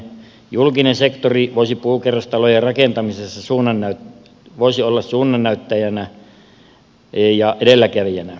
julkinen sektori voisi olla puukerrostalojen rakentamisessa suunnannäyttäjänä ja edelläkävijänä